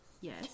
Yes